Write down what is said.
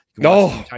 No